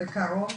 בקרוב,